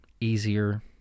easier